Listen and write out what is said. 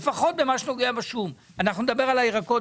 כשהשום עומד עכשיו על הפרק.